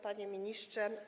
Panie Ministrze!